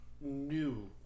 new